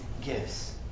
gifts